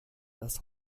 das